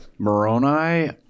Moroni